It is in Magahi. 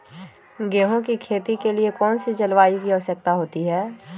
गेंहू की खेती के लिए कौन सी जलवायु की आवश्यकता होती है?